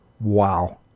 Wow